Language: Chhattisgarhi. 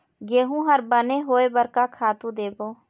गेहूं हर बने होय बर का खातू देबो?